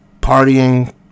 partying